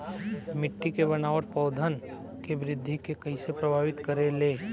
मिट्टी के बनावट पौधन के वृद्धि के कइसे प्रभावित करे ले?